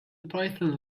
python